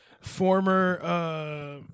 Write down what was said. former